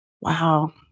Wow